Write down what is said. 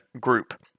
group